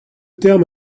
terme